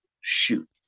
shoot